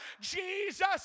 Jesus